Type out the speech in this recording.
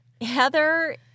Heather